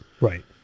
right